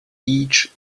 each